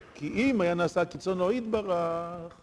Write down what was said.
כי אם היה נעשה כרצונו יתברך.